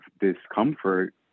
discomfort